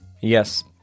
Yes